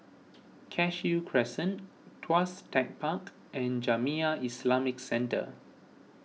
Cashew Crescent Tuas Tech Park and Jamiyah Islamic Centre